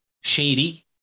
shady